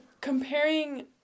comparing